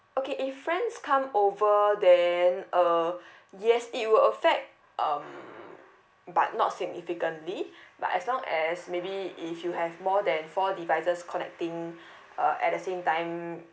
okay if friends come over there then uh yes it will affect um but not significantly but as long as maybe if you have more than four devices connecting uh at the same time